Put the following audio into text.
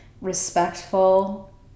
respectful